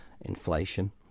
inflation